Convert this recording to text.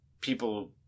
People